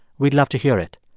we'd love to hear it.